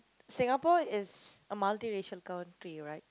Singapore is a multiracial country right